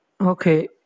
Okay